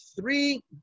three